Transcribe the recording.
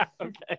Okay